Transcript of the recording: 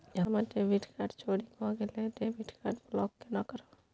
हमर debit card चोरी भगेलै डेबिट कार्ड ब्लॉक केना करब?